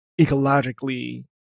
ecologically